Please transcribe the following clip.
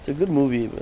it's a good movie